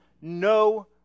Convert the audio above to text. no